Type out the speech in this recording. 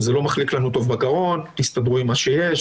"זה לא מחליק לנו טוב בגרון", "תסתדרו עם מה שיש",